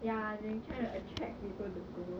ya the trying to attract people to go